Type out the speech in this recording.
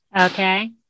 Okay